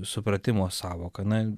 supratimo sąvoką na